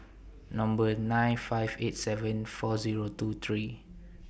Number nine five eight seven four Zero two three